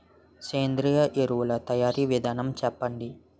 సేంద్రీయ ఎరువుల తయారీ విధానం చెప్పండి?